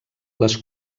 les